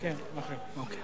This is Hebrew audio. כדרכם של אחרים.